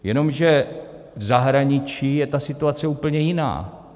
Jenomže v zahraničí je ta situace úplně jiná.